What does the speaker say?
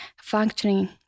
functioning